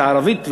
את הערבית,